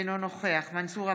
אינו נוכח מנסור עבאס,